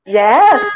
yes